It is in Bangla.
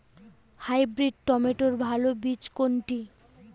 হাইব্রিড টমেটোর ভালো বীজ কোনটি?